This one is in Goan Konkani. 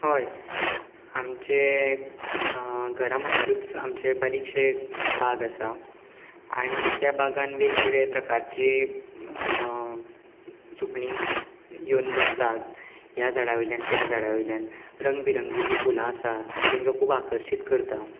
हय आमचे घरा मुकारूच आमचे बारीकशें बाग आसा त्या बागान वेगवेगळ्या प्रकारचे सुकणीं येवन बसतात ह्या झाडा वयल्यान त्या झाडा वयल्यान रंगबिरंगी जीं फुलां आसा तीं तांकां खूब आकर्शीत करता